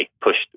pushed